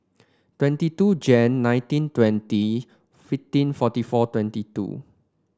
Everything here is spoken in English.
twenty two Jan nineteen twenty fifteen forty four twenty two